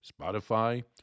Spotify